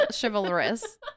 Chivalrous